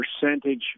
percentage